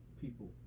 people